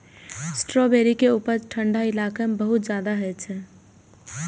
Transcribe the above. strawberry के उपज ठंढा इलाका मे बहुत ज्यादा होइ छै